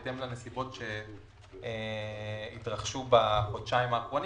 בהתאם לנסיבות שיתרחשו בחודשיים האחרונים,